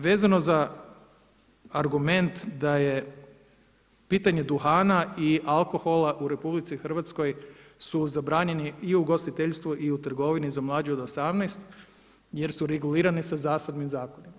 Vezano za argument da je pitanje duhana i alkohola u RH su zabranjeni i u ugostiteljstvu i u trgovini za mlađe od 18 jer su regulirane sa zasebnim zakonom.